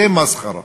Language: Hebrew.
זה מסחרה.